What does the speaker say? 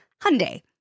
Hyundai